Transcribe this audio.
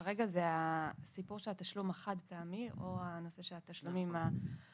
כרגע זה הסיפור של התשלום החד-פעמי או הנושא של התשלומים החודשיים.